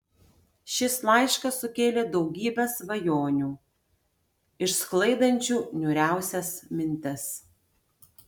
šis laiškas sukėlė daugybę svajonių išsklaidančių niūriausias mintis